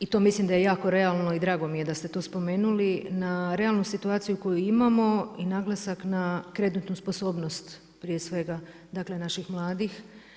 i to mislim da je jako realno i drago mi je da ste to spomenuli, na realnu situaciju koju imamo i naglasak na kreditnu sposobnost prije svega naših mladih.